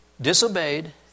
disobeyed